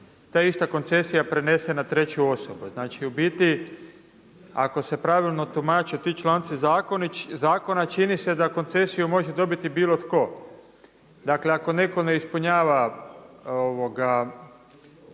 ta ista koncesija prenese na treću osobu. Znači u biti ako se pravilno tumače ti članci zakona čini se da koncesiju može dobiti bilo tko. Dakle ako neko ne ispunjava